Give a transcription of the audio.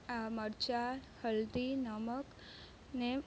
આ મરચાં હલ્દી નમક ને